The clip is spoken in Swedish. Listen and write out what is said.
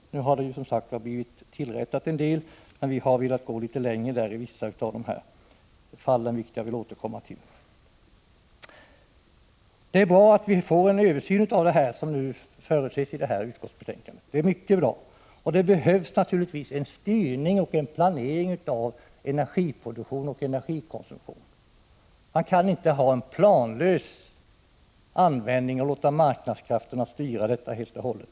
En del har blivit tillrättalagt, men vi har i vissa av fallen velat gå litet längre än regeringen. Jag vill återkomma till det. Det är mycket bra att vi skall få en översyn av dessa frågor, vilket förutskickas i utskottsbetänkandet. Det behövs naturligtvis en styrning och planering av energiproduktion och energikonsumtion. Man kan inte ha en planlös användning och låta marknadskrafterna styra detta helt och hållet.